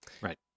Right